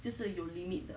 就是有 limit 的